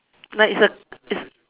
like it's a it's